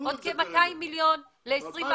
ועוד כ-200 מיליון ל-2021,